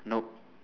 no